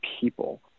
people